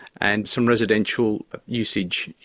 and some residential usage,